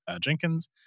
Jenkins